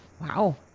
Wow